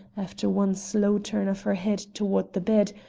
after one slow turn of her head toward the bed,